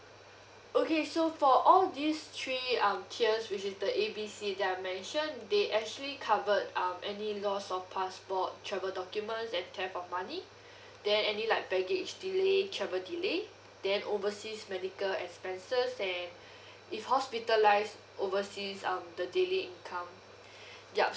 okay so for all these three um tiers which is the A B C that I mention they actually covered um any loss of passport travel documents and theft of money then any like baggage delay travel delay then overseas medical expenses and if hospitalised overseas um the daily income